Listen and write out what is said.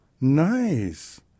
nice